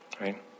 Right